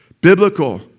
Biblical